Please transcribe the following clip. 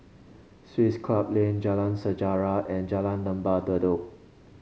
Swiss Club Lane Jalan Sejarah and Jalan Lembah Bedok